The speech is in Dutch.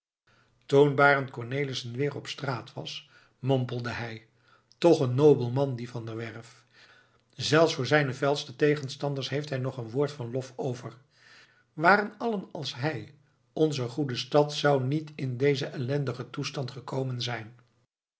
toen barend cornelissen weer op straat was mompelde hij toch een nobel man die van der werff zelfs voor zijne felste tegenstanders heeft hij nog een woord van lof over waren allen als hij onze goede stad zou niet in dezen ellendigen toestand gekomen zijn